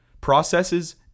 processes